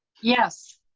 yes.